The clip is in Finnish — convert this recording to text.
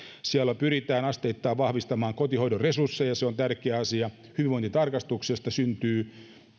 siellä pyritään asteittain vahvistamaan kotihoidon resursseja ja se on tärkeä asia hyvinvointitarkastuksesta syntyy